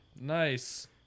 nice